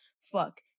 Fuck